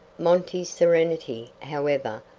monty's serenity, however,